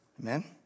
Amen